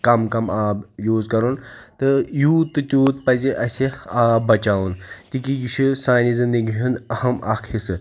کَم کَم آب یوٗز کَرُن تہٕ یوٗت تہٕ تیوٗت پَزِ اسہِ آب بَچاوُن تِکہِ یہِ چھُ سانہِ زِندگی ہُنٛد أہم اَکھ حِصہٕ